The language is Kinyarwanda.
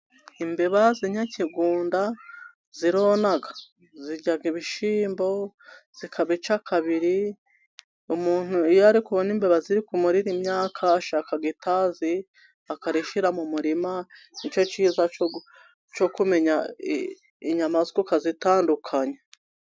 Imbeba z'inyakigunda zirona, zirya ibishyimbo, zikabicamo kabiri. Umuntu iyo ari kubona imbeba ziri kumurira imyaka, ashaka itazi akarishyira mu murima, ni cyo cyiza cyo kumenya inyamaswa, ukazitandukanya.